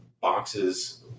boxes